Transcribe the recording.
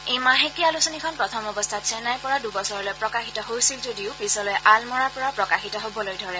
এই মাহেকীয়া আলোচনীখন প্ৰথম অৱস্থাত চেন্নাইৰ পৰা দুবছৰলৈ প্ৰকাশিত হৈছিল যদিও পিছলৈ আলমৰাৰ পৰা প্ৰকাশিত হ'বলৈ ধৰে